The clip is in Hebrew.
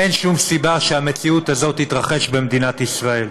אין שום סיבה שהמציאות הזאת תתרחש במדינת ישראל.